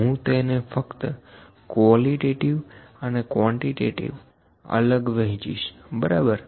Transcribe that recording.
હું તેને ફક્ત કવોલીટેટીવ અને ક્વોન્ટીટેટીવ અલગ વહેચિશ બરાબર